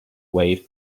wave